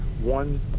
one